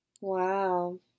Wow